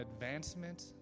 advancement